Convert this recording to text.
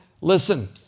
listen